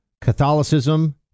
Catholicism